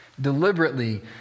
Deliberately